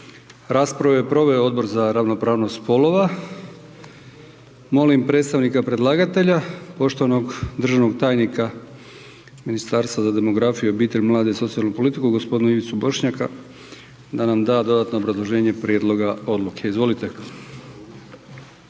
Raspravu je proveo Odbor za ravnopravnost spolova. Molim predstavnika predlagatelja, poštovanog državnog tajnika Ministarstva za demografiju, obitelj, mlade i socijalnu politiku g. Ivicu Bošnjaka da nam da dodatno obrazloženje prijedloga odluke. Izvolite.